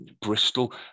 Bristol